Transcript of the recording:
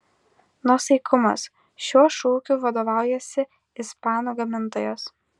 nuosaikumas šiuo šūkiu vadovaujasi ispanų gamintojas